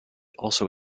also